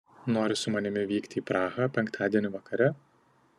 nori su manimi vykti į prahą penktadienį vakare